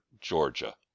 Georgia